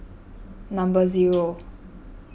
number zero